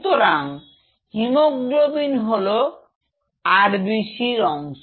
সুতরাং হিমোগ্লোবিন হলো আরবি সির অংশ